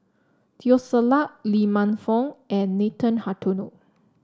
Teo Ser Luck Lee Man Fong and Nathan Hartono